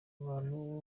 abantu